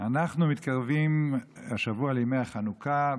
אנחנו מתקרבים השבוע לימי החנוכה.